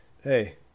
hey